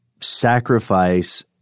sacrifice